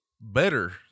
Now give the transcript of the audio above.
better